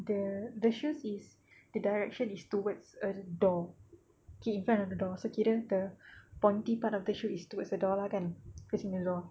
the the shoes is the direction is towards a door okay in front of the door so kira the pointy part of the shoes is towards the door lah kan facing the door